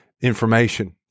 information